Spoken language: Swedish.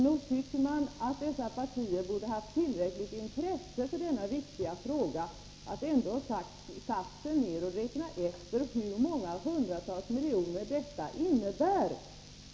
Nog tycker man att dessa partier borde ha haft så stort intresse för denna viktiga fråga att de hade satt sig ned och räknat ut hur många hundratal miljoner kronor i besparing det blir fråga om.